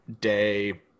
day